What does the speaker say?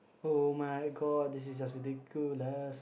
oh-my-god this is a ridiculous